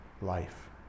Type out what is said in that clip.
life